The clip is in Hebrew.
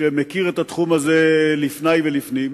שמכיר את התחום הזה לפני ולפנים,